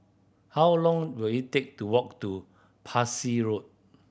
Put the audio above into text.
how long will it take to walk to Parsi Road